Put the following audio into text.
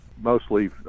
mostly